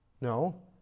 No